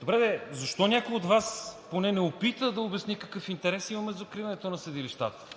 Добре де, защо някой от Вас поне не опита да обясни какъв интерес имаме от закриването на съдилищата.